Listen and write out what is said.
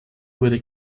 wurde